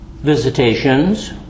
visitations